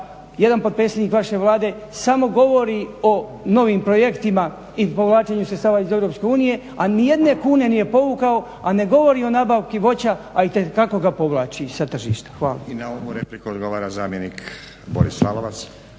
jedan potpredsjednik vaše Vlade samo govori o novim projektima i povlačenju sredstava iz EU a nijedne kune nije povukao. A ne govori o nabavci voća, a itekako ga povlači sa tržišta. Hvala. **Stazić, Nenad (SDP)** I na ovu repliku odgovara zamjenik Boris Lalovac.